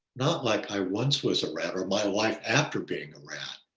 not like i once was a rat or my life after being a rat.